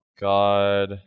God